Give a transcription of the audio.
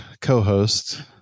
co-host